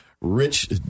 Rich